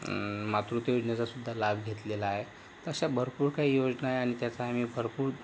मातृत्व योजनेचा सुद्धा लाभ घेतलेला आहे अशा भरपूर काही योजना आहे आणि आणि त्याचा आम्ही भरपूर